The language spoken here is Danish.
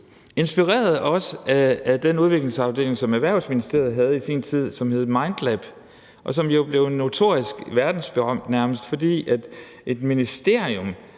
inspireret af den udviklingsafdeling, som Erhvervsministeriet havde i sin tid, som hed MindLab, og som nærmest blev notorisk verdensberømt, fordi et ministerium